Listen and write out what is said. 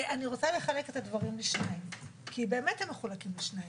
אני רוצה לחלק את הדברים לשניים כי באמת הם מחולקים לשניים.